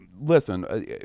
listen